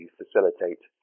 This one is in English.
facilitate